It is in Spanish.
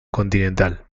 continental